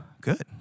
Good